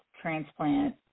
transplant